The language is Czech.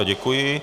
Děkuji.